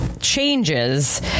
changes